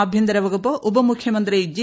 ആഭ്യന്തര വകുപ്പ് ഉപമുഖ്യമന്ത്രി ജി